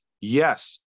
yes